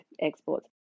exports